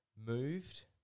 moved